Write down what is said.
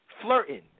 flirting